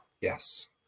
Yes